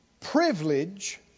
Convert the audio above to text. privilege